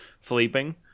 sleeping